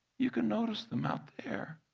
you can notice them out there.